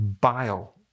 bile